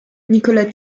nicolas